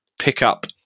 pickup